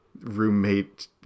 roommate